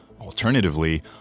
Alternatively